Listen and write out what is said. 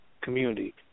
community